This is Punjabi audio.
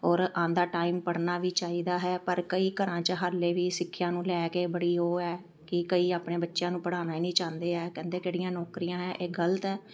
ਔਰ ਆਉਂਦਾ ਟਾਈਮ ਪੜ੍ਹਨਾ ਵੀ ਚਾਹੀਦਾ ਹੈ ਪਰ ਕਈ ਘਰਾਂ 'ਚ ਹਲੇ ਵੀ ਸਿੱਖਿਆ ਨੂੰ ਲੈ ਕੇ ਬੜੀ ਉਹ ਹੈ ਕਿ ਕਈ ਆਪਣੇ ਬੱਚਿਆਂ ਨੂੰ ਪੜ੍ਹਾਉਣਾ ਹੀ ਨਹੀਂ ਚਾਹੁੰਦੇ ਹੈ ਕਹਿੰਦੇ ਕਿਹੜੀਆਂ ਨੌਕਰੀਆਂ ਹੈ ਇਹ ਗਲਤ ਹੈ